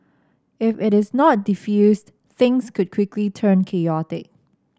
if it is not defused things could quickly turn chaotic